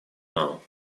now